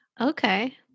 Okay